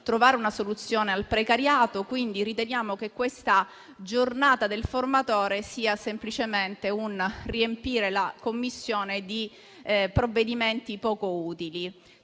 trovare una soluzione per il precariato, quindi riteniamo che questa Giornata del formatore sia semplicemente un modo per riempire la Commissione di provvedimenti poco utili.